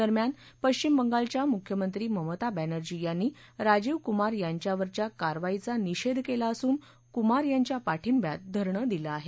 दरम्यान पश्चिम बंगालच्या मुख्यमंत्री ममता बर्फिी यांनी राजीव कुमार यांच्यावरच्या कारवाईचा निषेध केला असून कुमार यांच्या पाठिंब्यात धरणं दिलं आहे